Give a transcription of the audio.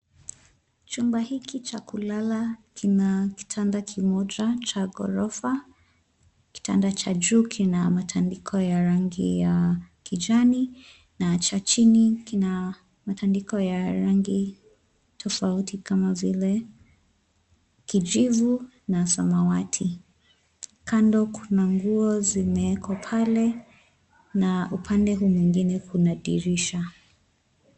Chumba hiki cha kulala kina kitanda kimoja cha ghorofa. Kitanda cha juu kina matandiko ya rangi ya kijani, na cha chini kina matandiko ya rangi tofauti kama vile kijivu na samawati. Kando kuna nguo zimewekwa pale na upande huu mwingine kuna dirisha.